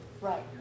Right